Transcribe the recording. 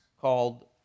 called